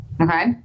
okay